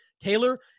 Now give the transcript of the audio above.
Taylor